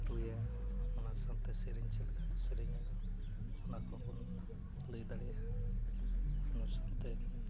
ᱨᱩᱭᱟ ᱚᱱᱟ ᱥᱟᱶᱛᱮ ᱥᱮᱨᱮᱧ ᱪᱮᱫ ᱞᱮᱠᱟ ᱠᱚ ᱥᱮᱨᱮᱧᱟ ᱚᱱᱟ ᱠᱚᱦᱚᱸ ᱵᱚᱱ ᱞᱟᱹᱭ ᱫᱟᱲᱮᱭᱟᱜᱼᱟ ᱚᱱᱟ ᱥᱟᱶᱛᱮ